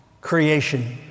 creation